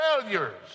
failures